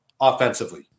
offensively